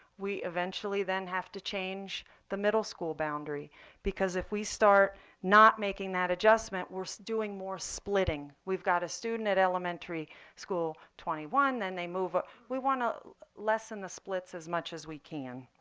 we eventually then have to change the middle school boundary because, if we start not making that adjustment, we're doing more splitting. we've got a student at elementary school twenty one. then they move ah we want to lessen the splits as much as we can.